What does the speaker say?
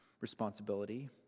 responsibility